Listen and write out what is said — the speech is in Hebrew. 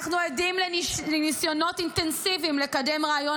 אנחנו עדים לניסיונות אינטנסיביים לקדם רעיון